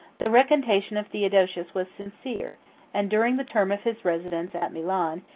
the recantation of theodosius was sincere and, during the term of his residence at milan,